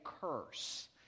curse